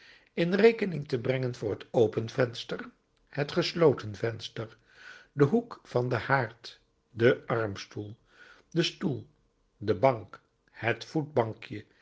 in rekening te brengen voor het open venster het gesloten venster den hoek van den haard den armstoel den stoel de bank het